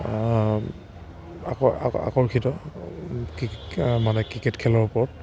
আকৰ আকৰ্ষিত কি মানে ক্ৰিকেট খেলৰ ওপৰত